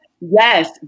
Yes